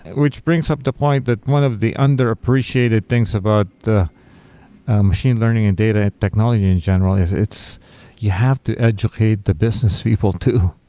which brings up the point that one of the underappreciated things about machine learning and data and technology in general is it's you have to educate the business people too.